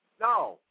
No